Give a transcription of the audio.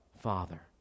Father